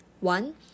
One